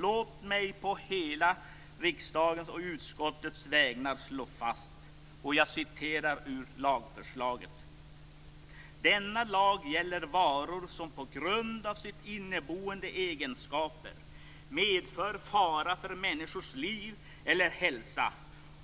Låt mig på hela riksdagens och utskottets vägnar slå fast - jag citerar nu ur lagförslaget: "Denna lag gäller varor som på grund av sina inneboende egenskaper medför fara för människors liv eller hälsa